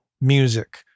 music